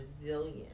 resilient